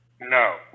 No